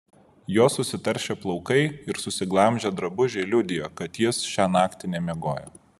jo susitaršę plaukai ir susiglamžę drabužiai liudijo kad jis šią naktį nemiegojo